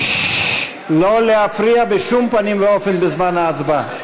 לא להפריע בשום פנים ואופן בזמן ההצבעה.